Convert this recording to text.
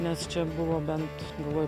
nes čia buvo bent buvo